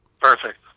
Perfect